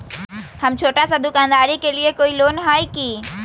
हम छोटा सा दुकानदारी के लिए कोई लोन है कि?